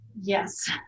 Yes